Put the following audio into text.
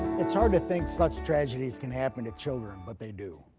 it's hard to think such tragedies can happen to children, but they do.